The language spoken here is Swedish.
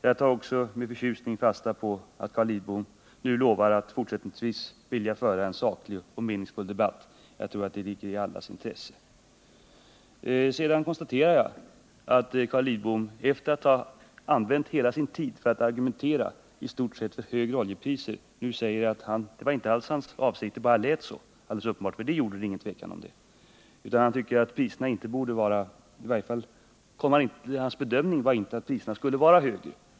Jag tar också med förtjusning fasta på att Carl Lidbom nu lovar att fortsättningsvis föra en saklig och meningsfull debatt. Jag tror att det ligger i allas intresse. Jag konstaterar att Carl Lidbom efter att ha använt hela sin tid för att argumentera i stort sett för högre oljepriser nu säger att det inte alls var hans avsikt. Det bara lät så. Det är alldeles uppenbart att det gjorde det. Därom råder ingen tvekan. : Hans bedömning var inte att priserna skulle vara högre.